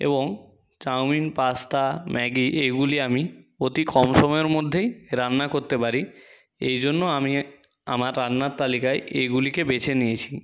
এবং chowmein pasta Maggi এগুলি আমি অতি কম সময়ের মধ্যেই রান্না করতে পারি এই জন্য আমি আমার রান্নার তালিকায় এইগুলিকে বেছে নিয়েছি